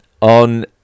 on